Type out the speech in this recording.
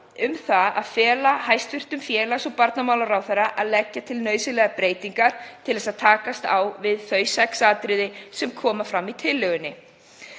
um að fela hæstv. félags- og barnamálaráðherra að leggja til nauðsynlegar breytingar til þess að takast á við þau sex atriði sem koma fram í tillögunni,